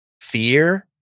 Fear